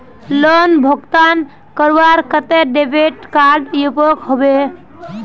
Loan भुगतान करवार केते डेबिट कार्ड उपयोग होबे?